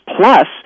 Plus